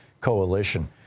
Coalition